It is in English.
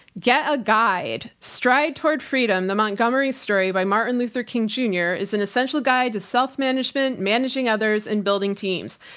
get a guide. stride toward freedom, the montgomery story by martin luther king junior is an essential guide to self management, managing others and building teams.